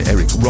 Eric